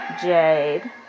Jade